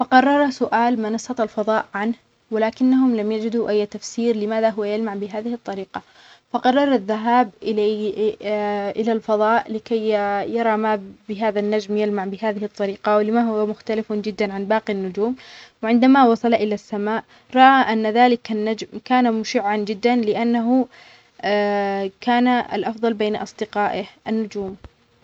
ذات مساء، اكتشف رائد فضاء نجمًا جديدًا يلمع بشكل غريب في السماء. كان الضوء ينبعث منه بألوان لم يرها من قبل، كأنها تراقص في الفضاء. قرر الاقتراب من النجم باستخدام مركبته الفضائية. ومع اقترابه، شعر بطاقة غامضة تحيط به، واكتشف أنه ليس نجمًا عاديًا بل بوابة لعالم آخر.